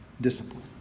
discipline